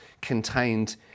contained